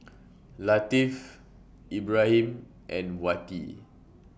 Latif Ibrahim and Wati